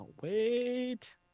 wait